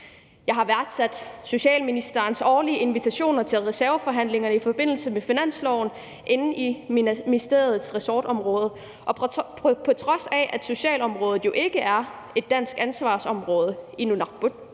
Jeg har værdsat socialministerens årlige invitationer til reserveforhandlingerne i forbindelse med finansloven inden for ministeriets ressortområde, og på trods af at socialområdet jo ikke er et dansk ansvarsområde i nunarput